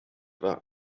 war